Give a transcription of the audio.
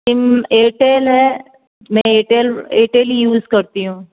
SIM Airtel है मैं Airtel Airtel ही यूज़ करती हूँ